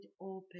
open